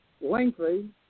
lengthy